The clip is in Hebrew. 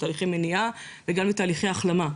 תהליכי מניעה וגם לתהליכי החלמה,